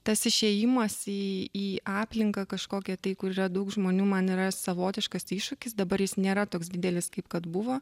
tas išėjimas į į aplinką kažkokią tai kur yra daug žmonių man yra savotiškas iššūkis dabar jis nėra toks didelis kaip kad buvo